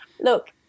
look